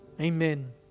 Amen